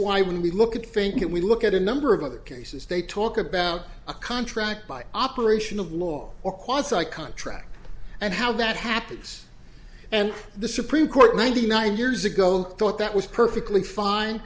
why when we look at think if we look at a number of other cases they talk about a contract by operation of law or quasi i contract and how that happens and the supreme court ninety nine years ago thought that was perfectly fine